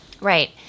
Right